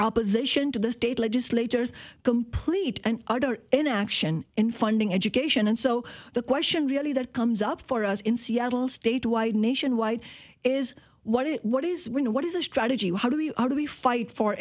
opposition to the state legislators complete and utter inaction in funding education and so the question really that comes up for us in seattle statewide nationwide is what it what is when what is a strategy how do you do we fight for